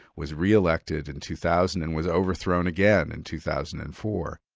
was re-elected in two thousand and was overthrown again in two thousand and four.